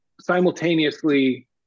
simultaneously